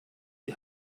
die